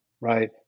right